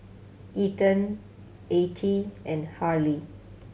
Ethan Attie and Harlie